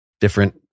different